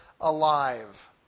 alive